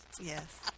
Yes